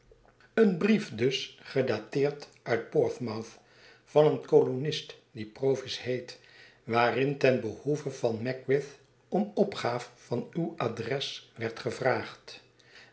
een brief dus gedateerd uit portsmouth van een kolonist die provis heet waarin ten behoeve van magwitch om opgaaf van uw adres werd gevraagd